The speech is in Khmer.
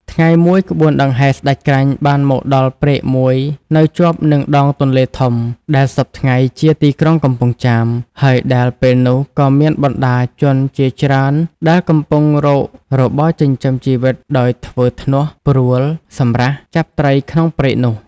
ថ្ងៃមួយ ក្បួនដង្ហែស្ដេចក្រាញ់បានមកដល់ព្រែកមួយនៅជាប់នឹងដងទន្លេធំ ដែលសព្វថ្ងៃជា ទីក្រុងកំពង់ចាម ហើយដែលពេលនោះក៏មានបណ្ដាជនជាច្រើនដែលកំពុងរករបរចិញ្ចឹមជីវិតដោយធ្វើ ធ្នោះ ព្រួល សម្រះ ចាប់ត្រីក្នុងព្រែកនោះ ។